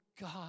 God